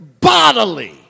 bodily